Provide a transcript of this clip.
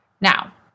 Now